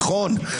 נכון.